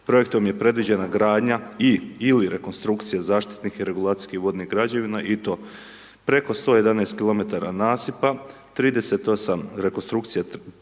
Projektom je predviđena gradnja i/ili rekonstrukcija zaštitnih i regulacijskih vodnih građevina i to preko 111 km nasipa, 38 rekonstrukcija